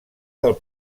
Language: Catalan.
del